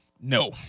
No